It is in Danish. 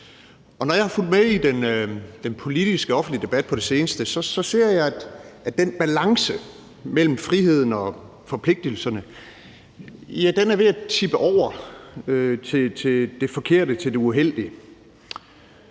når jeg har fulgt med i den politiske offentlige debat på det seneste, ser jeg, at den balance mellem friheden og forpligtelserne er ved at tippe over til det forkerte, til det uheldige.